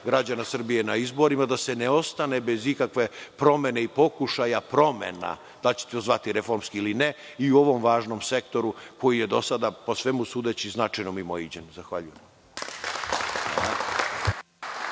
građana Srbije na izborima, da se ne ostane bez ikakve promene i pokušaja promena, da li ćete to zvati reformski ili ne i u ovom važnom sektoru koji je do sada, po svemu sudeći, značajno mimoiđen. Zahvaljujem.